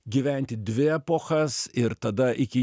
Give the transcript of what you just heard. gyventi dvi epochas ir tada iki